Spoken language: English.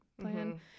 plan